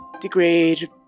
degrade